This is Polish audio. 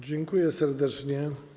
Dziękuję serdecznie.